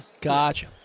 Gotcha